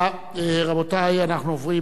רבותי, אנחנו עוברים הלאה.